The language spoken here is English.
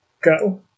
go